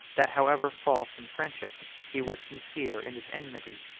that however false in friendship, he was sincere in his enmity.